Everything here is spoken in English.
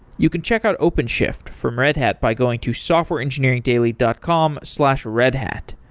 you can check out openshift from red hat by going to softwareengineeringdaily dot com slash redhat.